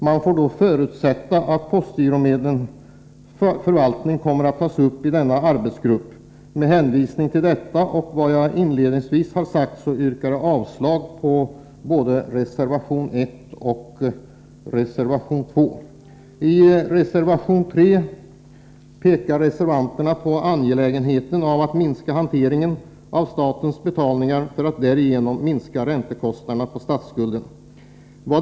Man får förutsätta att postgiromedlens förvaltning kommer att tas upp i denna arbetsgrupp. Med hänvisning till detta och vad jag inledningsvis har sagt yrkar jag avslag på reservationerna 1 och 2. I reservation 3 pekar reservanterna på angelägenheten av att hanteringstiden för statens betalningar minskas för att därigenom räntekostnaderna på statsskulden skall kunna sänkas.